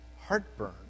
heartburn